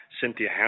Cynthia